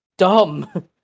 Dumb